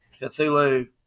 Cthulhu